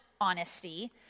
honesty